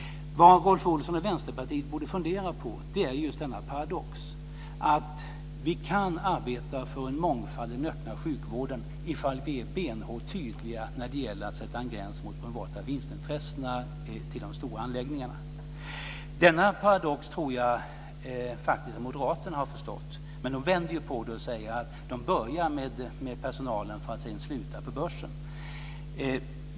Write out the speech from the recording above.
Vad Rolf Olsson och Vänsterpartiet borde fundera på är just denna paradox att vi kan arbeta för en mångfald i den öppna sjukvården om vi är benhårt tydliga när det gäller att sätta en gräns mot de privata vinstintressena i de stora anläggningarna. Denna paradox tror jag att Moderaterna har förstått, men de vänder på det och säger att de börjar med personalen för att sluta på börsen.